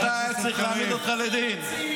השר מדבר --- אמסלם --- לא,